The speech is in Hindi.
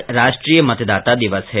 आज राष्ट्रीय मतदाता दिवस है